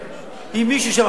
אם מישהו שם,